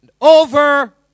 over